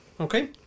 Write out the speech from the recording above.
okay